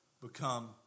become